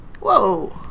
Whoa